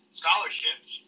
scholarships